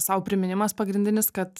sau priminimas pagrindinis kad